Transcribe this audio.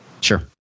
sure